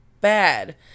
bad